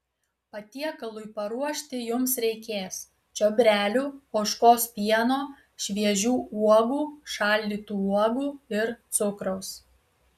patiekalui paruošti jums reikės čiobrelių ožkos pieno šviežių uogų šaldytų uogų ir cukraus